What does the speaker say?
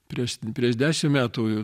prieš prieš dešim metų